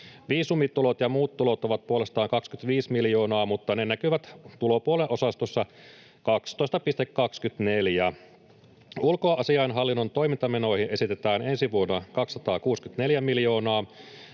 Viisumitulot ja muut tulot ovat puolestaan 25 miljoonaa, mutta ne näkyvät tulopuolen osastossa 12.24. Ulkoasiainhallinnon toimintamenoihin esitetään ensi vuodelle 264 miljoonaa,